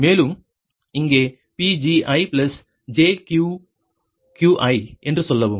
மேலும் இங்கே PgijQqi என்றும் சொல்லவும்